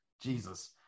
Jesus